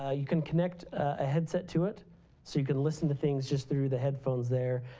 ah you can connect a headset to it so you can listen to things just through the headphones there.